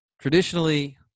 traditionally